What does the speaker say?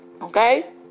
okay